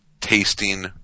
tasting